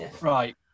Right